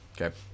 Okay